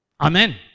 Amen